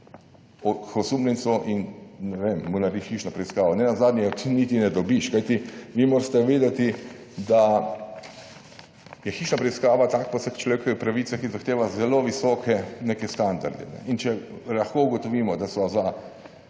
k osumljencu in, ne vem, mu narediš hišno preiskavo. Nenazadnje je ti niti ne dobiš, kajti vi morate vedeti, da je hišna preiskava taka po vseh človekovih pravicah, ki zahteva zelo visoke, neke standarde. In, če lahko ugotovimo, da so za